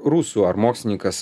rusų ar mokslininkas